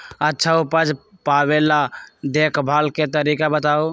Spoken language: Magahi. अच्छा उपज पावेला देखभाल के तरीका बताऊ?